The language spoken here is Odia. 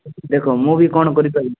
ଦେଖ ମୁଁ ବି କ'ଣ କରିପାରିବି